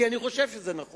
כי אני חושב שזה נכון.